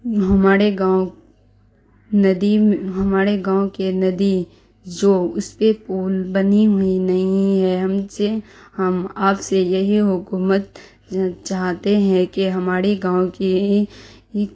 ہمارے گاؤں ندی ہمارے گاؤں کے ندی جو اس پہ پل بنی ہوئی نہیں ہے ہم سے ہم آپ سے یہی حکومت چاہتے ہیں کہ ہماری گاؤں کی